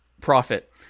Profit